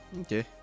Okay